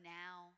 now